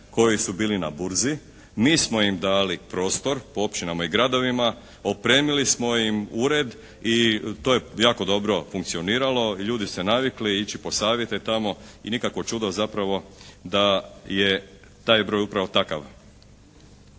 koji su bili na burzi. Mi smo im dali prostor po općinama i gradovima, opremili smo im ured i to je jako dobro funkcioniralo. Ljudi su se navikli ići po savjete tamo i nikakvo čudo zapravo da je taj broj upravo takav.